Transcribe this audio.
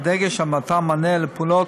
בדגש על מתן מענה לפעולות